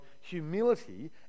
humility